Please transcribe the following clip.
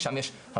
שם יש המון